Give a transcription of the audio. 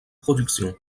productions